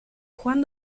juan